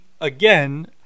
again